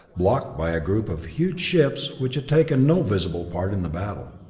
blocked by a group of huge ships which had taken no visible part in the battle.